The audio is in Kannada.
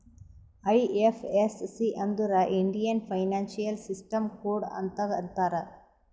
ಐ.ಎಫ್.ಎಸ್.ಸಿ ಅಂದುರ್ ಇಂಡಿಯನ್ ಫೈನಾನ್ಸಿಯಲ್ ಸಿಸ್ಟಮ್ ಕೋಡ್ ಅಂತ್ ಅಂತಾರ್